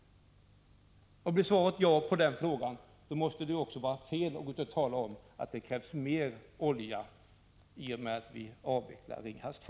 Blir svaret ja på den frågan måste det också vara fel att tala om att det krävs mer olja i och med att vi avvecklar Ringhals 2.